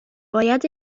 باید